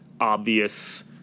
obvious